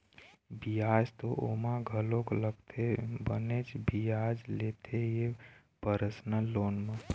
बियाज तो ओमा घलोक लगथे बनेच बियाज लेथे ये परसनल लोन म